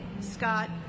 Scott